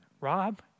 Rob